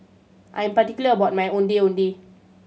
I'm particular about my Ondeh Ondeh